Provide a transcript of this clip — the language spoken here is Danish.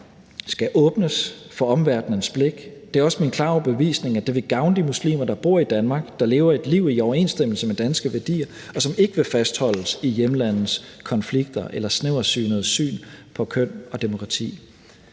skal åbnes for omverdenens blik. Det er også min klare overbevisning, at det vil gavne de muslimer, der bor i Danmark og lever et liv i overensstemmelse med danske værdier, og som ikke vil fastholdes i hjemlandets konflikter eller snæversynede syn på køn og demokrati.